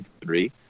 three